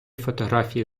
фотографії